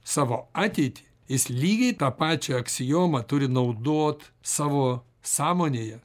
savo ateitį jis lygiai tą pačią aksiomą turi naudot savo sąmonėje